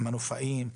המנופאים,